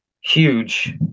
huge